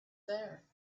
there